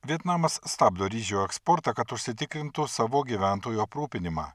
vietnamas stabdo ryžių eksportą kad užsitikrintų savo gyventojų aprūpinimą